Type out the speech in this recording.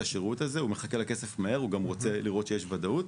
השירות הזה; הוא מחכה לכסף מהר ורוצה לראות שיש ודאות.